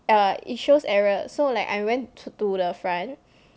err it shows error so like I went to the front